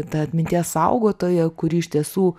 ta atminties saugotoja kuri iš tiesų